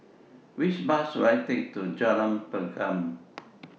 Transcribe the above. Which Bus should I Take to Jalan Pergam